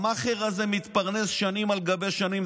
המאכער הזה מתפרנס שנים על גבי שנים,